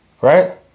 right